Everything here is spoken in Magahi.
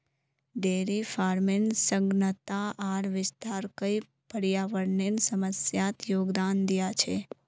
डेयरी फार्मेर सघनता आर विस्तार कई पर्यावरनेर समस्यात योगदान दिया छे